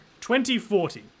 2040